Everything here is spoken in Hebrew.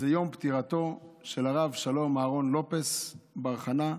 זה יום פטירתו של הרב שלום אהרן לופס בר חנה,